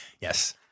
yes